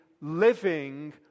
living